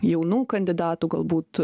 jaunų kandidatų galbūt